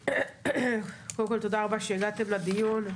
קודם כול, תודה רבה שהגעתם לדיון.